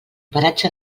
paratge